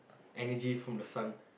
energy from the sun